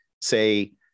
say